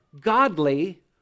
Godly